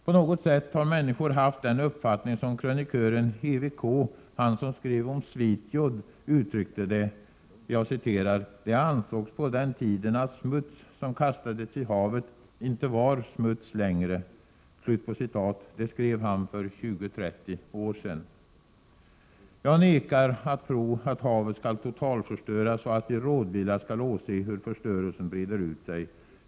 På något sätt har människorna haft den uppfattning som Gunnar Eriksson i Näs — han som skrev böckerna om Svitjod, med illustrationer av EWK — uttryckte: ”Det ansågs på den tiden att smuts som kastades i havet inte var smuts längre.” Det skrev han för 20-30 år sedan. Jag vägrar att tro att havet skall totalförstöras och att vi rådvilla skall åse hur förstörelsen breder ut sig.